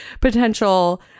potential